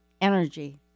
energy